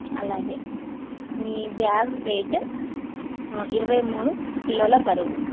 అలాగే మీ bag weight ఇరవై మూడు కిలోల బరువు